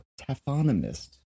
taphonomist